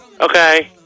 Okay